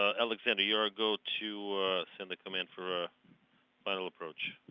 ah alexander, you're a go to send the command for final approach.